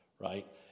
right